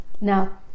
now